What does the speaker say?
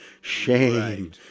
shame